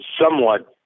somewhat